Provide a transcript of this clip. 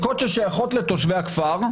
חלקות ששייכות לתושבי הכפר,